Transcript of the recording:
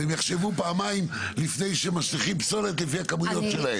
והם יחשבו פעמיים לפני שהם משליכים פסולת בכמויות שלהם.